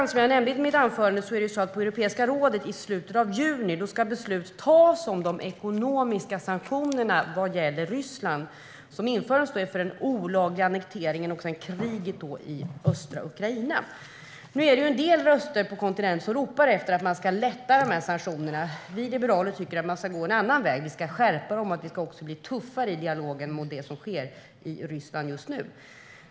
Som jag nämnde i mitt anförande ska beslut tas om de ekonomiska sanktionerna mot Ryssland på Europeiska rådet i slutet av juni. Sanktionerna infördes efter den olagliga annekteringen och kriget i östra Ukraina. En del röster på kontinenten ropar efter att man ska lätta på sanktionerna. Vi liberaler tycker att man ska gå en annan väg. Vi tycker att man ska skärpa dem och bli tuffare i dialogen om det som sker i Ryssland just nu.